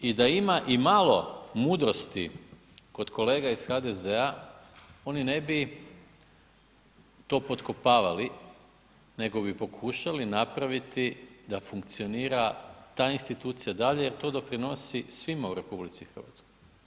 I da ima i malo mudrosti kod kolega iz HDZ-a oni ne bi to potkopavali nego bi pokušali napraviti da funkcionira ta institucija dalje jer to doprinosi svima u RH.